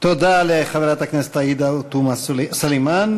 תודה לחברת הכנסת עאידה תומא סלימאן.